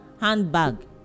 handbag